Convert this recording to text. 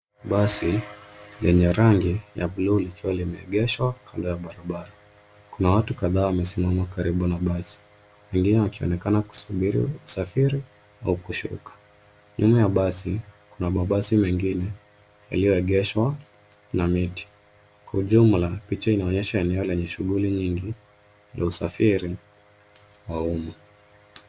Basi, lenye rangi ya bluu likiwa limeegeshwa, kando ya barabara. Kuna watu kadhaa wamesimama karibu na basi. Wengine wakionekana kusubiri usafiri, au kushuka. Nyuma ya basi, kuna mabasi mengine, yaliyoegeshwa, na miti. Kwa ujumla, picha inaonyesha eneo lenye shughuli nyingi, za usafiri, wa umma.